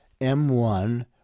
M1